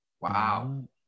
Wow